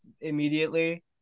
immediately